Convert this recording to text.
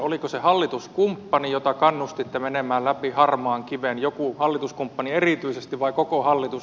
oliko se hallituskumppani jota kannustitte menemään läpi harmaan kiven joku hallituskumppani erityisesti vai koko hallitus